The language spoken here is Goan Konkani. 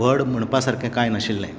व्हड म्हणपा सारकें काय नाशिल्लें